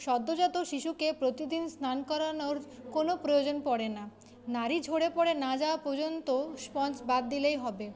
সদ্যোজাত শিশুকে প্রতিদিন স্নান করানোর কোনো প্রয়োজন পড়ে না নাড়ি ঝরে পড়ে না যাওয়া পর্যন্ত স্পঞ্জ বাথ দিলেই হবে